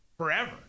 forever